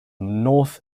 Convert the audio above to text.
north